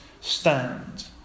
stand